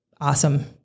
awesome